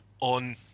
on